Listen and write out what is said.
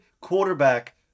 quarterback